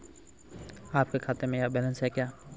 आपके खाते में यह बैलेंस है क्या?